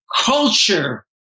culture